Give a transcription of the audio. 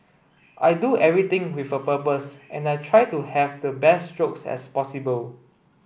I do everything with a purpose and I try to have the best strokes as possible